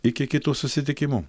iki kitų susitikimų